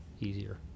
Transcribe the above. easier